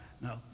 No